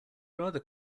rather